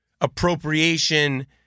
appropriation